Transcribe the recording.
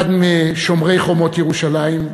אחד משומרי חומות ירושלים,